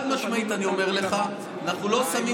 חד-משמעית, אני אומר לך, אנחנו לא שמים